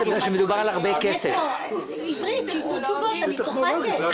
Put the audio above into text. זה כסף שמבטא פעמיים וחצי החזרה של השקעה.